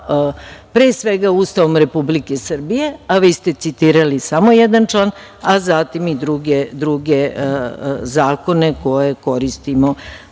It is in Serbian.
pre svega Ustavom Republike Srbije, a vi ste citirali samo jedan član, a zatim i druge zakone koje koristimo,